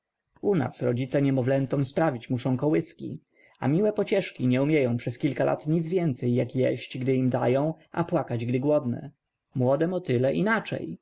chłodu u nas rodzice niemowlętom sprawiać muszą kołyski a miłe pocieszki nie umieją przez kilka lat nic więcej jak jeść gdy im dają a płakać gdy głodne młode motyle inaczej